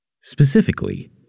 Specifically